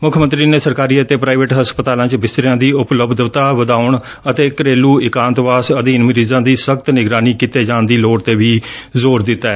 ਮੁੱਖ ਮੰਤਰੀ ਨੇ ਸਰਕਾਰੀ ਅਤੇ ਪ੍ਰਾਈਵੇਟ ਹਸਪਤਲਾਂ ਚ ਬਿਸਤਰਿਆਂ ਦੀ ਉਪਲੱਬਧਤਾ ਵਧਾਉਣ ਅਤੇ ਘਰੇਲੁ ਇਕਾਂਤਵਾਸ ਅਧੀਨ ਮਰੀਜ਼ਾਂ ਦੀ ਸਖ਼ਤ ਨਿਗਰਾਨੀ ਕੀਤੇ ਜਾਣ ਦੀ ਲੋੜ ਤੇ ਵੀ ਜ਼ੋਰ ਦਿੱਤੈ